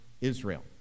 Israel